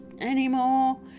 anymore